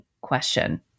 question